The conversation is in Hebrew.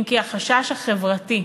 כי אם החשש החברתי,